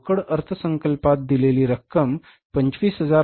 रोकड अर्थसंकल्पात दिलेली रक्कम 25940 इतकी आहे